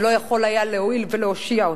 ולא יכול היה להועיל ולהושיע אותו.